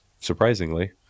surprisingly